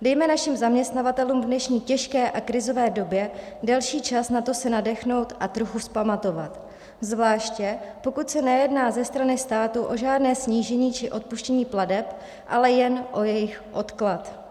Dejme našim zaměstnavatelům v dnešní těžké a krizové době delší čas na to se nadechnout a trochu vzpamatovat, zvlášť pokud se nejedná ze strany státy o žádné snížení či odpuštění plateb, ale jen o jejich odklad.